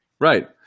Right